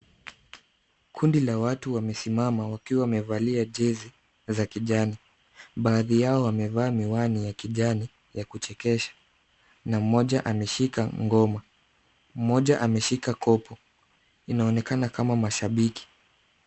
Kundi la watu wamesimama wakiwa wamevalia jezi za kijani. Baadhi yao wamevaa miwani ya kijani ya kuchekesha na mmoja ameshika ngoma. Mmoja ameshika kopo. Inaonekana kama mashabiki.